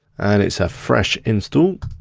and it's a fresh instal.